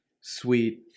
sweet